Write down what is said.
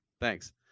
Thanks